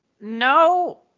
no